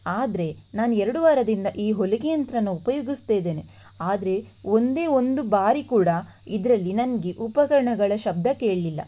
ಆದರೆ ನಾನು ಎರಡು ವಾರದಿಂದ ಈ ಹೊಲಿಗೆ ಯಂತ್ರನ ಉಪಯೋಗಿಸ್ತಾ ಇದ್ದೇನೆ ಆದರೆ ಒಂದೇ ಒಂದು ಬಾರಿ ಕೂಡ ಇದರಲ್ಲಿ ನನಗೆ ಉಪಕರಣಗಳ ಶಬ್ದ ಕೇಳಲಿಲ್ಲ